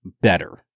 better